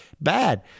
bad